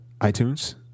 iTunes